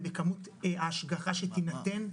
ובכמות ההשגחה שתינתן.